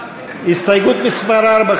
לסעיף 2 לא נתקבלה.